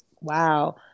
wow